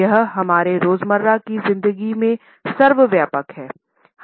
यह हमारे रोज़मर्रा की जिंदगी में सर्वव्यापक हैं